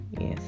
yes